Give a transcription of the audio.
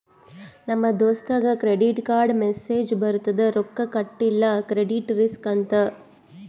ನಮ್ ದೋಸ್ತಗ್ ಕ್ರೆಡಿಟ್ ಕಾರ್ಡ್ಗ ಮೆಸ್ಸೇಜ್ ಬರ್ತುದ್ ರೊಕ್ಕಾ ಕಟಿಲ್ಲ ಕ್ರೆಡಿಟ್ ರಿಸ್ಕ್ ಅಂತ್